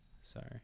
Sorry